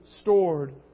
stored